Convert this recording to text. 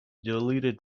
deleted